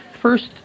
first